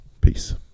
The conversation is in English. peace